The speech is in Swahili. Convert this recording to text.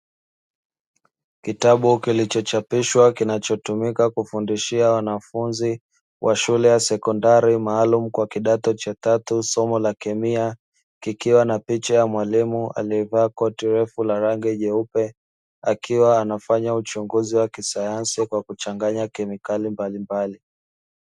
Kitabu kilichochapishwa kinachotumika kufundishia wanafunzi, wa shule ya sekondari maalumu kwa kidato cha tatu somo la kemia, kikiwa na picha ya mwalimu aliyevaa koti refu la rangi jeupe, akiwa anafanya uchunguzi wa kisayansi kwa kuchanganya kemikali mbalimbali.